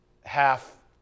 half